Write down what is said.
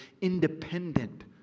independent